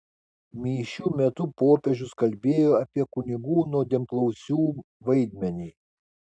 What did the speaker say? mišių metu popiežius kalbėjo apie kunigų nuodėmklausių vaidmenį